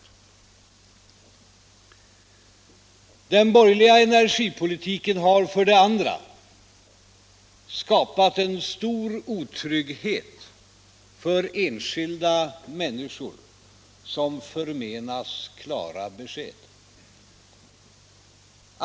AES MEET ES Den borgerliga energipolitiken har för det andra skapat en stor otrygghet = Särskilt tillstånd att för enskilda människor som förmenas klara besked.